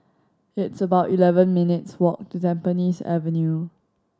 it's about eleven minutes' walk to Tampines Avenue